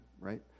right